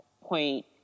point